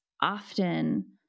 often